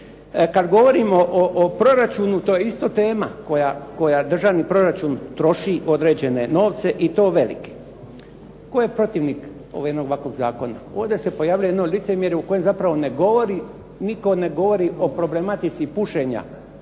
Kad govorimo o proračunu to je isto tema koja državni proračun troši određene novce i to velike. Tko je protivnik ovakvog jednog zakona? Ovdje se pojavljuje jedno licemjerje koje zapravo ne govori, nitko ne govori o problematici pušenja,